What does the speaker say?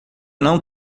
não